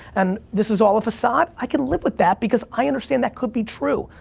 and this is all a facade. i can live with that because i understand that could be true.